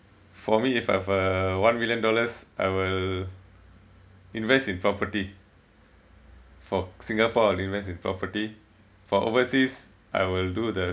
for me if I have a one million dollars I will invest in property for singapore I'll invest in property for overseas I will do the